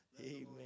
Amen